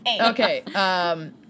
Okay